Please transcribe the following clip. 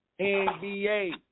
NBA